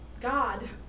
God